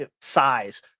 size